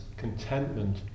Contentment